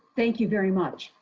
thank you very much.